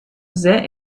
sehr